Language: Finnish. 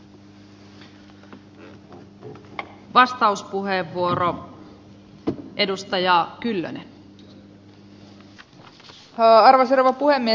arvoisa rouva puhemies